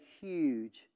huge